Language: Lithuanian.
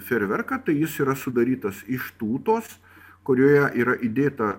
feerverką tai jis yra sudarytas iš tūtos kurioje yra įdėta